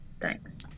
Thanks